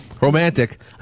Romantic